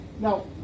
Now